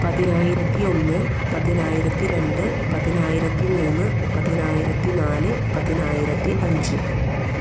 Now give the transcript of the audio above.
പതിനായിരത്തി ഒന്ന് പതിനായിരത്തി രണ്ട് പതിനായിരത്തി മൂന്ന് പതിനായിരത്തി നാല് പതിനായിരത്തി അഞ്ച്